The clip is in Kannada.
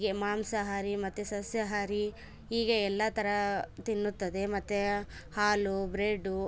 ಹೀಗೆ ಮಾಂಸಹಾರಿ ಮತ್ತೆ ಸಸ್ಯಹಾರಿ ಹೀಗೆ ಎಲ್ಲ ತರಹ ತಿನ್ನುತ್ತದೆ ಮತ್ತೆ ಹಾಲು ಬ್ರೇಡು